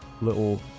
little